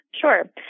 Sure